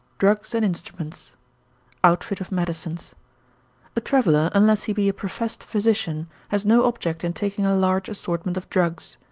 drugs and instruments outfit of medicines a traveller, unless he be a professed physician, has no object in taking a large assortment of drugs.